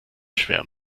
schwer